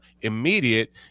immediate